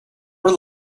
rely